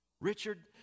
Richard